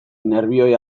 nerbioi